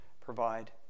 provide